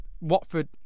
watford